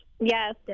Yes